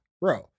Bro